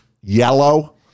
yellow